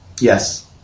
Yes